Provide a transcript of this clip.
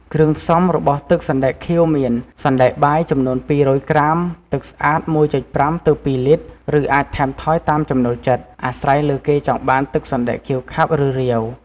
គ្រឿងផ្សំរបស់ទឹកសណ្តែកខៀវមាន សណ្ដែកបាយចំនួន២០០ក្រាម ទឹកស្អាត ១.៥ ទៅ ២ លីត្រ ឬអាចថែមថយតាមចំណូលចិត្ត អាស្រ័យលើគេចង់បានទឹកសណ្ដែកខៀវខាប់ ឬរាវ។